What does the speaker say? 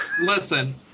Listen